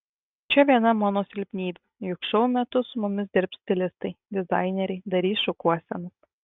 čia viena mano silpnybių juk šou metu su mumis dirbs stilistai dizaineriai darys šukuosenas